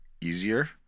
easier